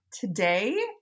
Today